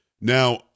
Now